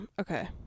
okay